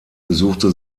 besuchte